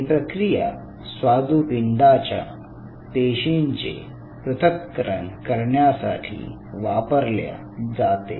ही प्रक्रिया स्वादुपिंडाच्या पेशींचे पृथक्करण करण्यासाठी वापरल्या जाते